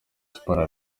sports